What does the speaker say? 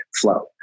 flow